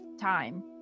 time